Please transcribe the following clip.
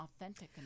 authentic